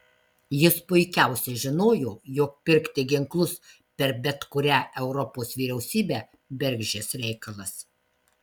jis puikiausiai žinojo jog pirkti ginklus per bet kurią europos vyriausybę bergždžias reikalas